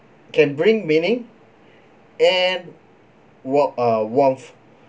can bring meaning and w~ uh wealth